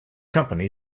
company